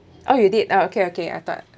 oh you did oh okay okay I thought